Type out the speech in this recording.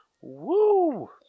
Woo